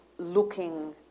looking